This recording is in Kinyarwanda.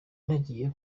nagiye